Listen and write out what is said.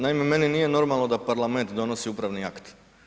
Naime, meni nije normalno da parlament donosi upravni akt.